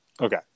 Okay